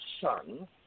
son